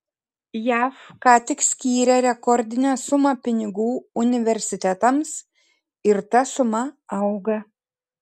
jav ką tik skyrė rekordinę sumą pinigų universitetams ir ta suma auga